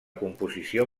composició